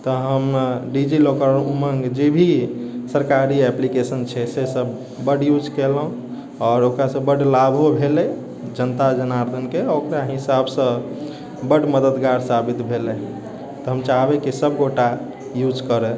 तऽ हम DigiLocker आओर उमङ्ग जे भी सरकारी एप्लीकेशन छै से सभ बड यूज केलहुँ आओर ओकरासँ बड लाभो भेलै जनता जनार्दनकेंँ आ ओकरा हिसाबसँ बड मददगार साबित भेलै तऽ हम चाहबै कि सभगोटा यूज करै